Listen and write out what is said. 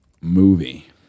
movie